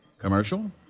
Commercial